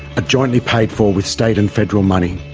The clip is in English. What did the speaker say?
jointly paid for with state and federal money.